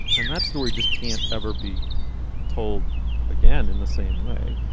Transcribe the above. and that story just can't ever be told again in the same way.